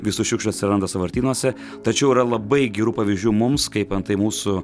visų šiukšlių atsiranda sąvartynuose tačiau yra labai gerų pavyzdžių mums kaip antai mūsų